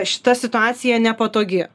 šita situacija nepatogi